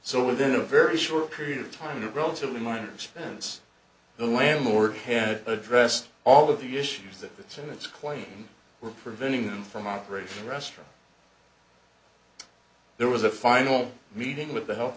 so within a very short period of time in a relatively minor expense the landlord had addressed all of the issues that the senate's claim were preventing them from operation restaurant there was a final meeting with the health